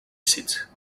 seeds